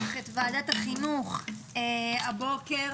ועדת החינוך הבוקר,